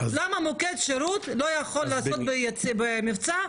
למה מוקד שירות לא יכול לצאת במבצע,